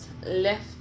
left